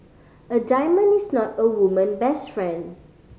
a diamond is not a woman best friend